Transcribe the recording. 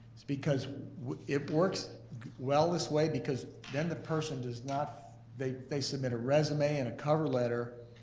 it's because it works well this way, because then the person does not, they they submit a resume and a cover letter,